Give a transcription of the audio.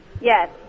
yes